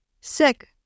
sick